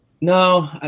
No